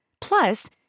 Plus